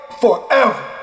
forever